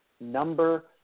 number